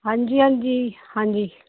ਹਾਂਜੀ ਹਾਂਜੀ ਹਾਂਜੀ